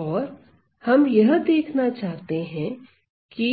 और हम यह देखना चाहते हैं कि